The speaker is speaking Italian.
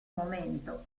momento